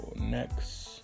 next